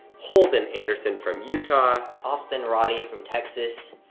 holden anderson from utah. austin roddy from texas,